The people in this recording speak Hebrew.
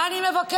מה אני מבקשת?